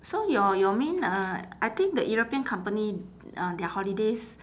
so your your main uh I think the european company uh their holidays